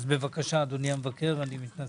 אז בבקשה, אדוני המבקר, אני מתנצל.